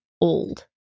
old